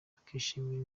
akishimira